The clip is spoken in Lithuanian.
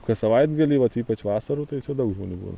kas savaitgalį vat ypač vasarų tai čia daug žmonių būna